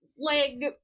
leg